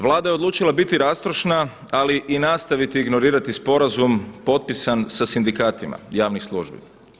Vlada je odlučila biti rastrošna, ali i nastaviti ignorirati sporazum potpisan sa sindikatima javnih službi.